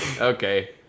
Okay